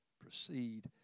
proceed